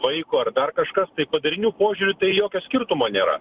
vaiko ar dar kažkas tai padarinių požiūriu tai jokio skirtumo nėra